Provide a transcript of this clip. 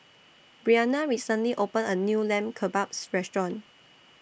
Brianna recently opened A New Lamb Kebabs Restaurant